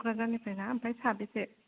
क'क्राझारनिफ्राय ना ओमफ्राय साबेसे